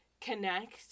connect